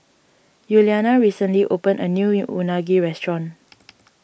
Yuliana recently opened a new Unagi restaurant